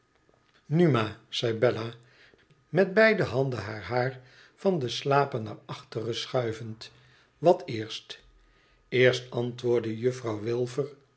nu ma zei bella met beide handen haar haar van de slapen naar achteren schuivend wat eerst eerst antwoordde juffrouw